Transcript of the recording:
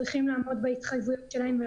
צריכים לעמוד בהתחייבויות שלהם,